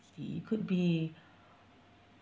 sixty it could be